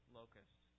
locusts